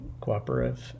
Cooperative